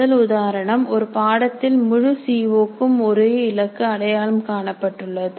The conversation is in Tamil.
முதல் உதாரணம் ஒரு பாடத்தில் முழு சி ஒ க்கும் ஒரே இலக்கு அடையாளம் காணப்பட்டுள்ளது